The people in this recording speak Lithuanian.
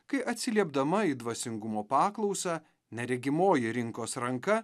kai atsiliepdama į dvasingumo paklausą neregimoji rinkos ranka